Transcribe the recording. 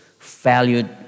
valued